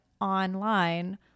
online